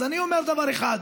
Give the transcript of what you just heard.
אז אני אומר דבר אחד: